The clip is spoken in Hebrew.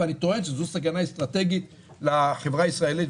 ואני טוען שזו סכנה אסטרטגית לחברה הישראלית,